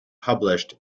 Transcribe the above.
published